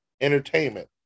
Entertainment